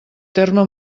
terme